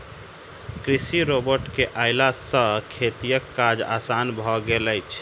कृषि रोबोट के अयला सॅ खेतीक काज आसान भ गेल अछि